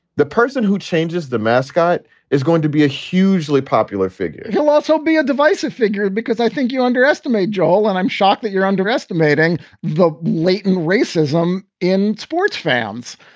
the person who changes the mascot is going to be a hugely popular figure he'll also be a divisive figure because i think you underestimate joel, and i'm shocked that you're underestimating the blatant racism in sports fans.